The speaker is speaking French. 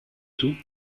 tout